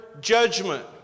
judgment